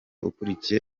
ukurikiye